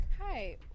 Hi